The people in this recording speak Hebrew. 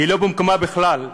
היא לא במקומה בכלל.